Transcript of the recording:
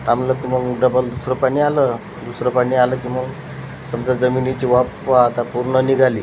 थांबलं तर मग डबल दुसरं पाणी आलं दुसरं पाणी आलं की मग समजा जमिनीची वाफ आता पूर्ण निघाली